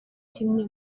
kimwe